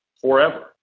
forever